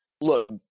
Look